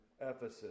Ephesus